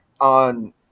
on